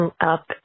up